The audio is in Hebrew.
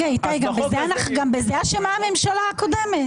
גם בזה אשמה הממשלה הקודמת?